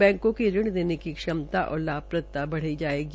बैंको की ऋण देने की क्षमता और लाभप्रदता बढ़ जायेगी